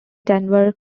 denver